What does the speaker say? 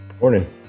Morning